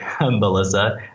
Melissa